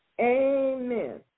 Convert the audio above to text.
Amen